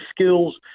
skills